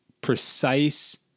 precise